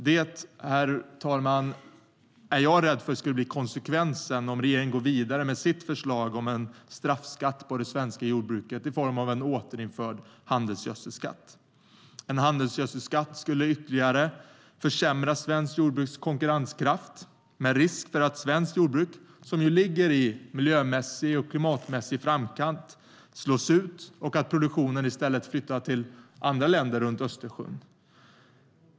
Det, herr talman, är jag rädd för skulle bli konsekvensen om regeringen går vidare med sitt förslag om en straffskatt på det svenska jordbruket i form av en återinförd handelsgödselskatt. En handelsgödselskatt skulle ytterligare försämra svenskt jordbruks konkurrenskraft med risk för att svenskt jordbruk, som ligger i miljö och klimatmässig framkant, slås ut och att produktionen i stället flyttar till andra länder runt Östersjön.